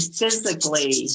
physically